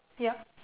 yup